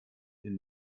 den